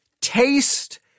Taste